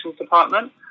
department